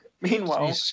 Meanwhile